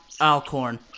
Alcorn